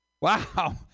Wow